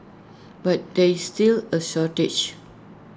but there still A shortage